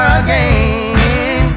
again